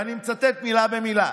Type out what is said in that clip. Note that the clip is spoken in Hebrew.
ואני מצטט מילה במילה: